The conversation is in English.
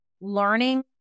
learning